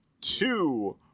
two